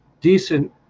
decent